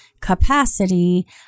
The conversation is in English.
capacity